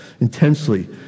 intensely